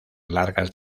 largas